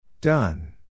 Done